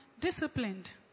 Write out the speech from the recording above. disciplined